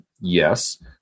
Yes